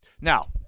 Now